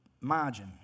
margin